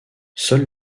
seule